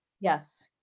Yes